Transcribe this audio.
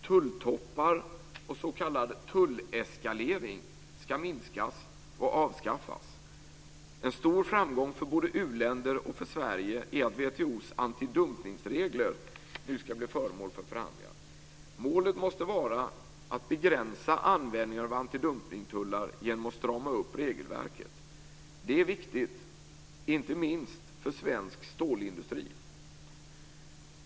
Tulltoppar och s.k. tulleskalering ska minskas och avskaffas. En stor framgång för både u-länder och för Sverige är att WTO:s antidumpningsregler nu ska bli föremål för förhandlingar. Målet måste vara att begränsa användningen av antidumpningstullar genom att strama upp regelverket. Det är viktigt inte minst för svensk stålindustri.